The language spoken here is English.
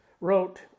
wrote